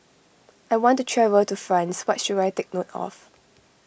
I want to travel to France what should I take note of